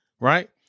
right